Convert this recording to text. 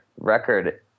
record